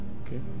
okay